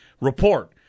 Report